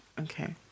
Okay